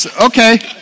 Okay